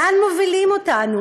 לאן מובילים אותנו?